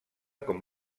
com